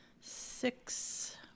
six